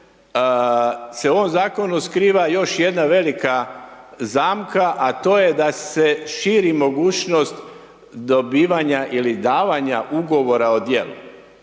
se u ovom Zakonu skriva još jedna velika zamka, a to je da se širi mogućnost dobivanja ili davanja Ugovora o djelu.